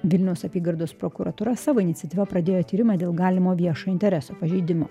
vilniaus apygardos prokuratūra savo iniciatyva pradėjo tyrimą dėl galimo viešo intereso pažeidimo